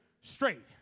straight